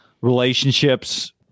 relationships